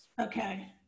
Okay